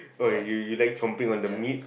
oh you you like chomping on the meat